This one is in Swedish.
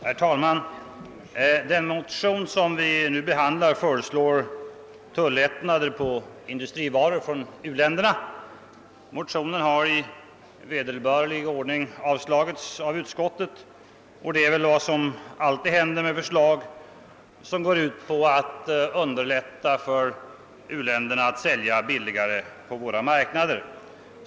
Herr talman! I den motion som vi nu behandlar föreslås tullättnader på industrivaror från u-länderna. Motionen har i vederbörlig ordning avstyrkts av utskottet; det är väl alltid vad som händer med förslag som går ut på att underlätta för u-länderna att sälja billigare på våra marknader.